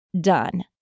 done